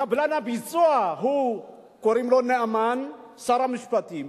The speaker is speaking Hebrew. קבלן הביצוע, קוראים לו נאמן, שר המשפטים,